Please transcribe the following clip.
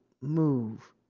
move